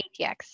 ATX